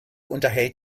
unterhält